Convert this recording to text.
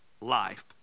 life